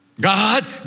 God